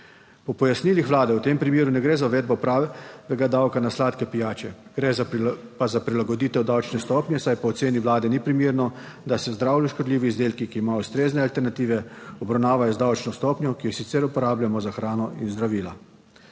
Po pojasnilih vlade v tem primeru ne gre za uvedbo davka na sladke pijače, gre pa za prilagoditev davčne stopnje, saj po oceni vlade ni primerno, da se zdravju škodljivi izdelki, ki imajo ustrezne alternative, obravnavajo z davčno stopnjo, ki jo sicer uporabljamo za hrano in zdravila.